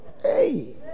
hey